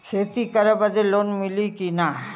खेती करे बदे लोन मिली कि ना?